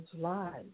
lives